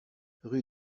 rue